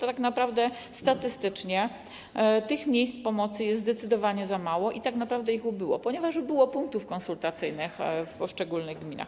Jednak statystycznie tych miejsc pomocy jest zdecydowanie za mało i tak naprawdę ich ubyło, ponieważ ubyło punktów konsultacyjnych w poszczególnych gminach.